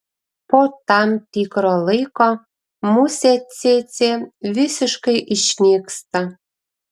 po tam tikro laiko musė cėcė visiškai išnyksta